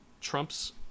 trumps